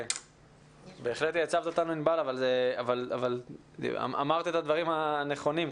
ענבל, אמרת את הדברים הנכונים.